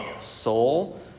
soul